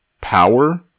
power